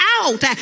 out